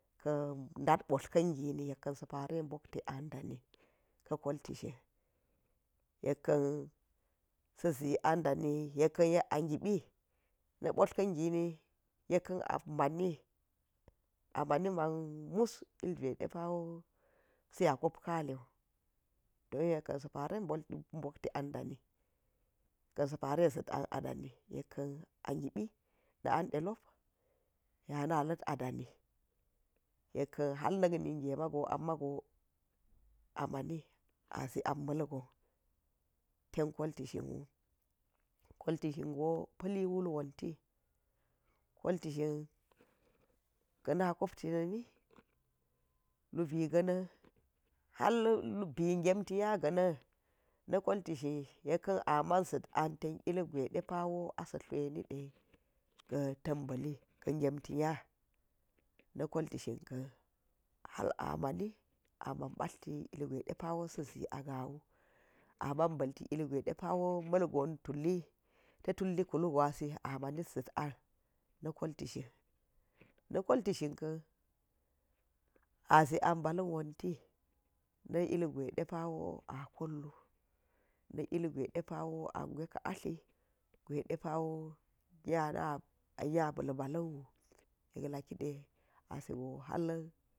Ka̱ da̱t botla̱nrka̱n gini yekkan sa̱ pa̱re bokti an ɗani, ka̱ kolti shin yekkan sa̱zi an ɗani yekkan yek a gipt na̱ botla̱r ka̱n gini yekka̱ a ma̱ni, amani ma̱n nus iljiwai depa̱wo sa̱ya̱ kop ka̱liklu don yekka̱ sa̱ pa̱re bokti an ɗani, yekka a gipi na an ɗelop ye ana̱ la̱t a dani yekka̱n ha̱lna̱k ninge mago ama̱go ama̱ni azi an malgon ten kolti shinwu, kolti shingo pallitdul wonti, kolti shin kana̱ kopti na̱mi, lubi ga̱na̱n hal lubi gemti nya ga̱na̱n na̱ kolti shinmi yekka̱n ama̱n za̱t an ten ilgwai ɗepawo asa̱ tluwa̱ini ɗe ga̱ ta̱n ba̱li ga gemti nya, na̱ kolti shinka̱ ha̱l a ma̱ni ama̱n ba̱tlirti ilgwai ɗepa̱wo sa̱ zi aga̱wu ama̱n ba̱lti ilgwa̱i depa̱wo ma̱lgon tuli ta̱ tulli kuli gwa̱si ama̱nut za̱t an, na̱ kolti shin, na koltishin ka̱n azi an ba̱la̱n wonti na ilgwai ɗepa̱ wo a kollu, na̱ ilgwai depa̱wo a gwai ka atti, gusai ɗeppa̱wo nyana nya ba̱lba̱la̱n klu yekla̱kiɗe asego ha̱l